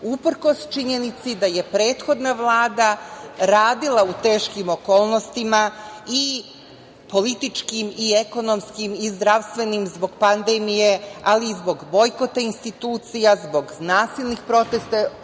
uprkos činjenici da je prethodna Vlada radila u teškim okolnostima, i političkim i ekonomskim i zdravstvenim zbog pandemije, ali i zbog bojkota institucija, zbog nasilnih protesta